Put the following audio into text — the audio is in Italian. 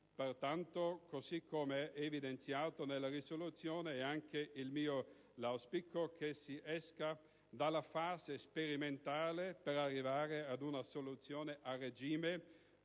Pertanto, così come è evidenziato nella risoluzione, il mio l'auspicio è che si esca dalla fase sperimentale per arrivare ad una soluzione a regime